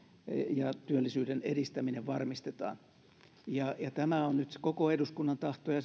ja työllisyyden edistäminen varmistetaan tämä on nyt koko eduskunnan tahto ja